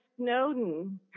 Snowden